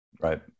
Right